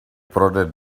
prodded